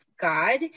God